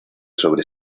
sobre